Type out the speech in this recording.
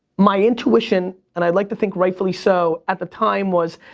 my intuition, and i'd like to think rightfully so, at the time was,